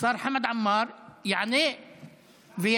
השר חמד עמאר יענה וישיב.